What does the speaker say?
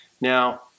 Now